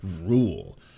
rule